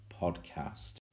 podcast